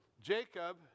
Jacob